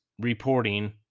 reporting